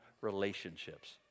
relationships